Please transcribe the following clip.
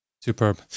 Superb